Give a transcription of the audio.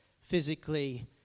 physically